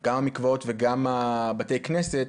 גם מקוואות וגם בתי הכנסת,